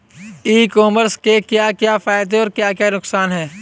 ई commerce के क्या क्या फायदे और क्या क्या नुकसान है?